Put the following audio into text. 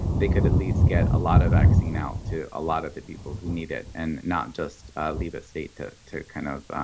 they could at least get a lot of vaccine out to a lot of people who need it, and not just leave it state to to kind of